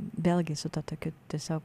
vėlgi su ta tokia tiesiog